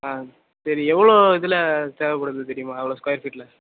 ஆ சரி எவ்வளோ இதில் தேவைப்படுது தெரியுமா எவ்வளோ ஸ்கொயர் ஃபீட்டில்